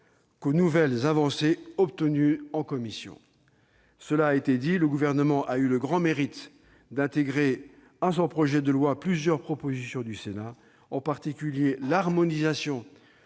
qu'aux nouvelles avancées obtenues en commission. Cela a été rappelé, le Gouvernement a eu le grand mérite d'intégrer à son projet de loi plusieurs propositions du Sénat, en particulier l'harmonisation